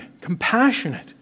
compassionate